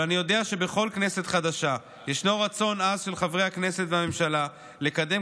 אבל אני יודע שבכל כנסת חדשה ישנו רצון עז של חברי הכנסת והממשלה לקדם